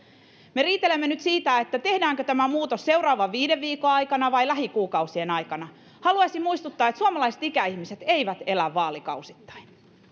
me riitelemme nyt siitä tehdäänkö tämä muutos seuraavan viiden viikon aikana vai lähikuukausien aikana haluaisin muistuttaa että suomalaiset ikäihmiset eivät elä vaalikausittain